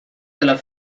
della